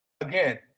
again